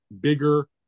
bigger